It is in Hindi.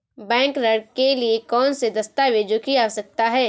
बैंक ऋण के लिए कौन से दस्तावेजों की आवश्यकता है?